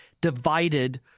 divided